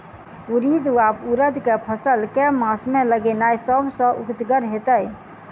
उड़ीद वा उड़द केँ फसल केँ मास मे लगेनाय सब सऽ उकीतगर हेतै?